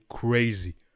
crazy